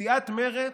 סיעת מרצ,